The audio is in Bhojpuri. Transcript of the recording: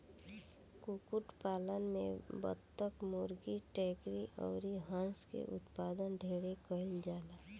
कुक्कुट पालन में बतक, मुर्गी, टर्की अउर हंस के उत्पादन ढेरे कईल जाला